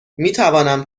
میتوانم